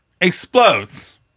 Explodes